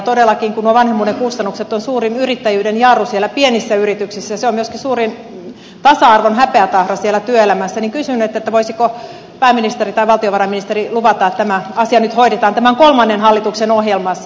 todellakin kun nuo vanhemmuuden kustannukset ovat suurin yrittäjyyden jarru siellä pienissä yrityksissä ja myöskin suurin tasa arvon häpeätahra siellä työelämässä kysyn voisiko pääministeri tai valtiovarainministeri luvata että tämä asia nyt hoidetaan tämän kolmannen hallituksen ohjelmassa